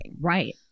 Right